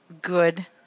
good